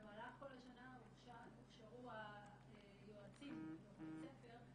ובמהלך כל השנה הוכשרו היועצים בבית הספר.